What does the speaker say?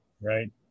right